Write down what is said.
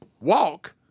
walk